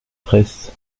fraysse